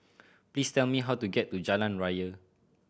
please tell me how to get to Jalan Raya